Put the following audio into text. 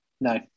No